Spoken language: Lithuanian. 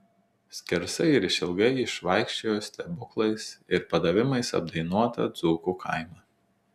skersai ir išilgai išvaikščiojo stebuklais ir padavimais apdainuotą dzūkų kaimą